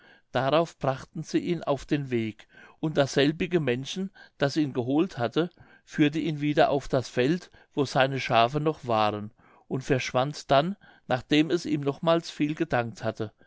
darauf brachten sie ihn auf den weg und dasselbige männchen das ihn geholt hatte führte ihn wieder auf das feld wo seine schafe noch waren und verschwand dann nachdem es ihm nochmals viel gedankt hatte